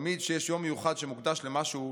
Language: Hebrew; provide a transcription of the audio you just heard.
תמיד כשיש יום מיוחד שמוקדש למשהו,